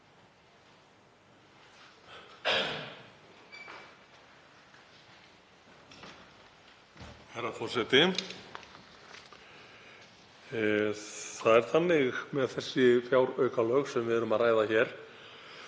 Herra forseti. Það er þannig með þessi fjáraukalög sem við erum að ræða hér